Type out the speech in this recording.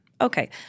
Okay